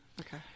Okay